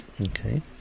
Okay